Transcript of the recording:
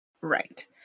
Right